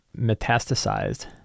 metastasized